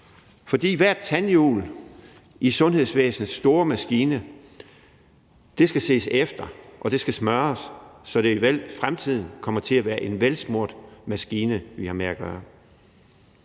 fordi hvert tandhjul i sundhedsvæsenets store maskine skal ses efter og smøres, så det i fremtiden kommer til at være en velsmurt maskine, vi har med at gøre.